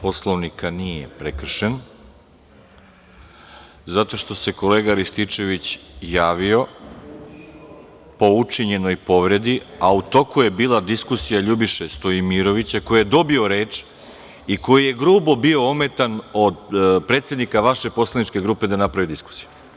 Poslovnika nije prekršen, zato što se kolega Rističević javio po učinjenoj povredi, a u toku je bila diskusija Ljubiše Stojmirovića, koji je dobio reč i koji je grubo bio ometan od predsednika vaše poslaničke grupe da napravi diskusiju.